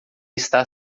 está